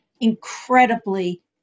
incredibly